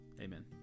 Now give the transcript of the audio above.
Amen